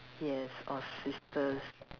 yes our sisters